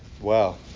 Wow